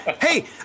Hey